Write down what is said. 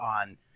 on